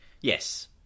yes